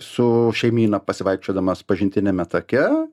su šeimyna pasivaikščiodamas pažintiniame take